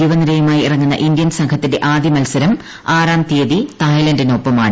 യുവനിരയുമായി ഇറങ്ങുന്ന ഇന്ത്യൻ സംഘത്തിന്റെ ആദ്യ മത്സരം ആറാം തീയതി തായ്ലന്റിനൊപ്പമാണ്